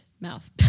Mouth